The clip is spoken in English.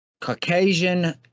Caucasian